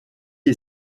est